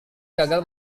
gagal